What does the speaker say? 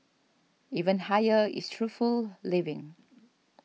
even higher is truthful living